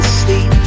sleep